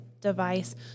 Device